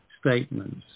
statements